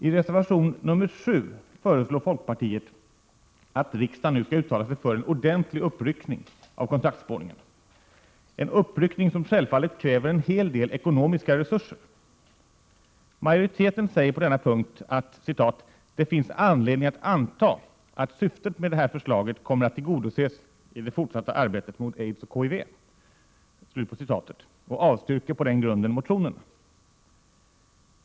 I reservation 7 föreslår folkpartiet att riksdagen nu skall uttala sig för en ordentlig uppryckning av kontaktspårningen, en uppryckning som självfallet kräver en hel del ekonomiska resurser. Majoriteten säger på denna punkt att det ”finns anledning att anta att syftet med motionerna kommer att tillgodoses i det fortsatta arbetet mot AIDS och HIV” och avstyrker på den grunden motionerna.